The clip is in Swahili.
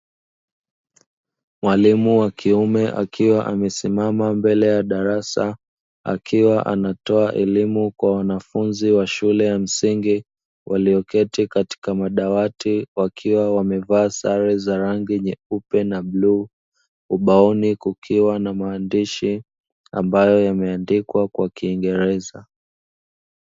Mwalimu wa kiume akiwa amesimama mbele ya darasa, akiwa anatoa elimu kwa wanafunzi wa shule ya msingi, walioketi katika madawati wakiwa wamevaa sare za rangi nyeupe na bluu. Ubaoni kukiwa na maandishi, ambayo yameandikwa kwa kiingereza.